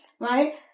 Right